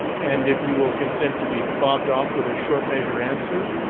and if you will consent to be fobbed off with a short-measure answer